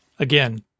Again